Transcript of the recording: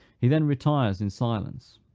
he then retires in silence.